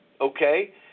okay